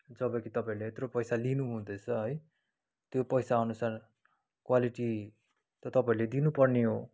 जब कि तपाईँले यत्रो पैसा लिनुहुँदैछ है त्यो पैसा अनुसार क्वालिटी त तपाईँहरूले दिनुपर्ने हो